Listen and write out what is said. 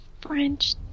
French